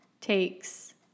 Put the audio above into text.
takes